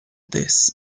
this